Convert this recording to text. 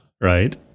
right